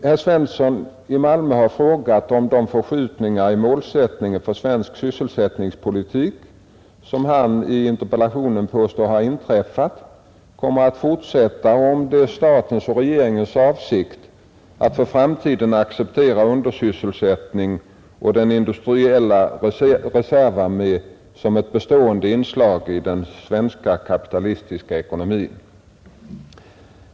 Herr Svensson i Malmö har frågat om de förskjutningar i målsättningen för svensk sysselsättningspolitik, som han i interpellationen påstår ha inträffat, kommer att fortsätta och om det är statens och regeringens avsikt att för framtiden acceptera undersysselsättningen och den industriella reservarmén som ett bestående inslag i den svenska kapitalistiska ekonomin.